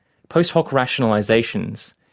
post-hoc rationalisations,